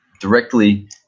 directly